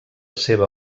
seva